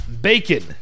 bacon